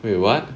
wait what